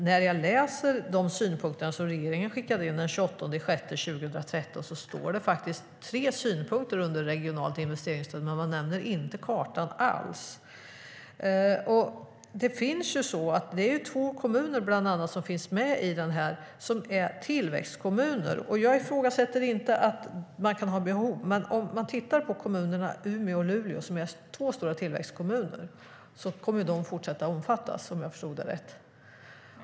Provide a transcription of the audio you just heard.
När jag läser de synpunkter som regeringen skickade in den 28 juni 2013 står det tre synpunkter under regionalt investeringsstöd, men man nämner inte alls kartan. Det är bland annat två kommuner som finns med som är tillväxtkommuner. Jag ifrågasätter inte att de kan ha behov. Men om man tittar kommunerna Umeå och Luleå, som är två stora tillväxtkommuner, kommer de att fortsätta att omfattas, om jag förstod det rätt.